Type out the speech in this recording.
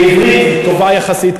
בעברית טובה יחסית,